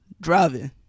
driving